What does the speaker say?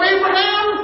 Abraham